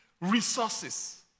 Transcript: resources